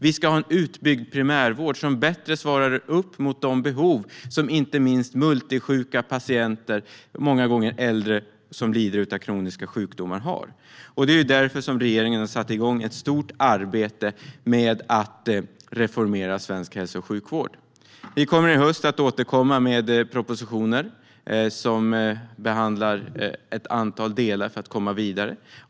Vi ska ha en utbyggd primärvård som bättre motsvarar de behov som inte minst multisjuka patienter, många gånger äldre som lider av kroniska sjukdomar, har. Det är därför som regeringen har satt igång ett stort arbete med att reformera svensk hälso och sjukvård. Vi kommer i höst att återkomma med propositioner som behandlar ett antal delar i detta för att komma vidare.